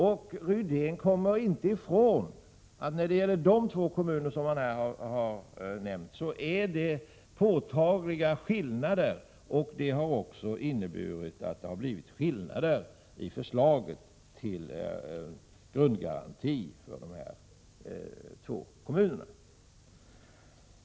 Rune Rydén kommer inte ifrån att när det gäller de två kommuner som han nämnde finns det påtagliga skillnader, och det har också inneburit att det blivit skillnader i förslaget till grundgaranti för de två kommunerna.